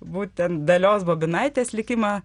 būtent dalios bobinaitės likimą